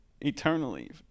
eternally